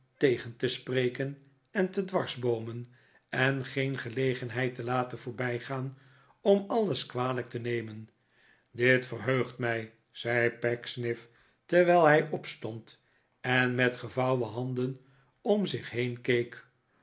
tegen te spreken en te dwarsboomen en geen gelegenheid te laten voorbijgaan om alles kwalijk te nemen dit verheugt mij zei pecksniff terwijl hij opstond en met gevouwen handen om zich been keek